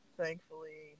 thankfully